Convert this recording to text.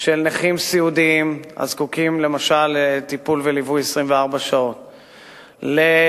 של נכים סיעודיים הזקוקים למשל לטיפול וליווי של 24 שעות ביממה,